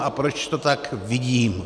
A proč to tak vidím?